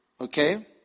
Okay